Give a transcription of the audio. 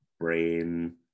brain